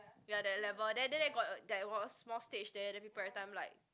we are that level then then there got there was small stage there then people like